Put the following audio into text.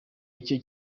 icyo